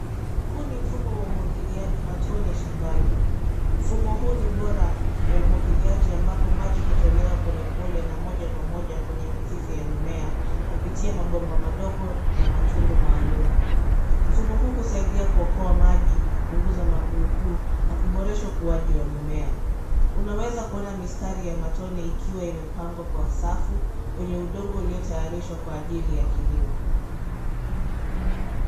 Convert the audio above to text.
Huu ni mfumo wa umwagiliaji matone shambani. Mfumo huu ni bora wa umwagiliaji ambapo maji hutolewa polepole na moja kwa moja kwenye mizizi ya mimea kupitia mabomba madogo na matundu maalum. Mfumo huu husaidia kuokoa maji, kupunguza magugu na kuboresha ukuaji wa mimea. Unaweza kuona mistari ya matone ikiwa imepangwa kwa safu kwenye udongo uliotayarishwa kwa ajili ya kilimo.